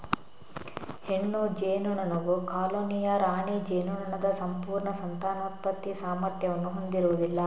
ಹೆಣ್ಣು ಜೇನುನೊಣವು ಕಾಲೋನಿಯ ರಾಣಿ ಜೇನುನೊಣದ ಸಂಪೂರ್ಣ ಸಂತಾನೋತ್ಪತ್ತಿ ಸಾಮರ್ಥ್ಯವನ್ನು ಹೊಂದಿರುವುದಿಲ್ಲ